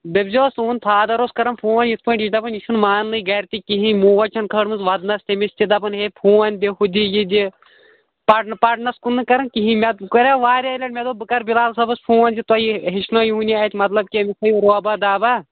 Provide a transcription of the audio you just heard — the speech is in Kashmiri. دٔپۍزِہوٗس تُہُنٛد فادر اوس کران فون یتھٕ پٲٹھۍ یہِ دپان یہِ چھُنہٕ ماننٕے گرِ تہِ کِہیٖنٛۍ موج چھَن کھاڑمٕژ ودنس تٔمِس چھِ دپان ہَے فون دِم ہُہ دِ یہِ دِ پرنہٕ پرنس کُن نہٕ کران کِہیٖنٛۍ مےٚ کریٚو واریاہ لٹہِ بہٕ کرٕ بِلال صٲبس فون زِ تۅہہِ یہِ ہیٚچھنٲوہوٗن یہِ اتہِ مطلب کہِ أمِس تھٔوِو روبا دابا